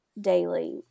daily